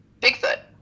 Bigfoot